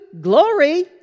glory